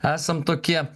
esam tokie